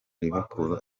liverpool